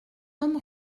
homme